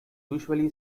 usually